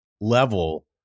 level